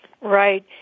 Right